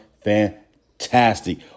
fantastic